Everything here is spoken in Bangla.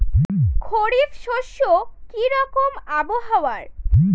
খরিফ শস্যে কি রকম আবহাওয়ার?